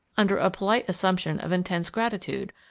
under a polite assumption of intense gratitude,